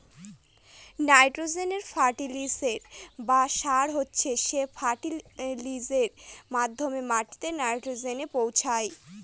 nitrogen ফার্টিলিসের বা সার হচ্ছে সে ফার্টিলাইজারের মাধ্যমে মাটিতে নাইট্রোজেন পৌঁছায়